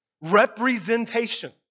Representation